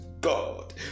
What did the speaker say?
God